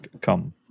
come